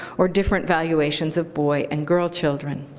or different valuations of boy and girl children.